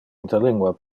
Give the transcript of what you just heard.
interlingua